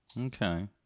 Okay